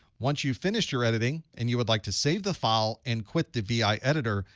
once you've finished your editing and you would like to save the file and quit the vi editor,